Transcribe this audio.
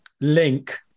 link